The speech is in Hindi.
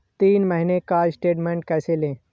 तीन महीने का स्टेटमेंट कैसे लें?